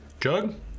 Jug